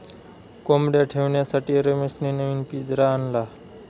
कोंबडया ठेवण्यासाठी रमेशने नवीन पिंजरा आणला